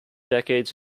decades